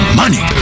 money